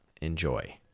enjoy